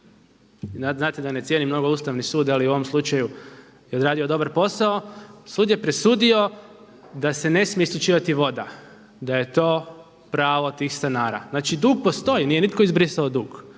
znate da ne cijenim mnogo Ustavni sud ali u ovom slučaju je odradio dobar posao, sud je presudio da se ne smije isključivati voda da je to pravo tih stanara. Znači dug postoji, nije nitko izbrisao dug,